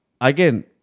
again